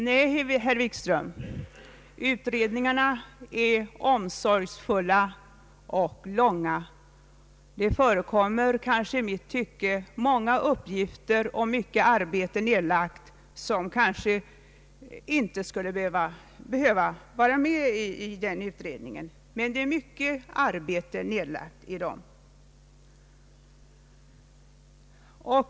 Nej, herr Wikström, utredningarna är omsorgsfulla och långa. Det nedläggs i mitt tycke mycket arbete som kanske inte skulle behöva göras i dessa utredningar.